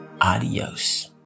adios